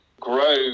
grow